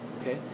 okay